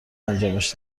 انجامش